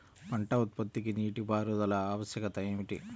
పంట ఉత్పత్తికి నీటిపారుదల ఆవశ్యకత ఏమిటీ?